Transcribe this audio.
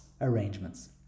arrangements